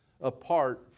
apart